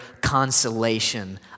consolation